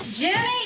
Jimmy